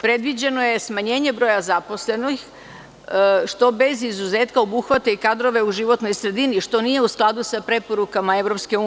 Predviđeno je smanjenja broja zaposlenih, što bez izuzetka obuhvata i kadrove u životnoj sredini, a što nije u skladu sa preporukama EU.